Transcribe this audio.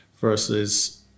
Versus